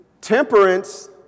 temperance